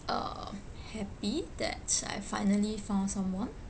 uh happy that I finally found someone